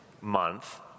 month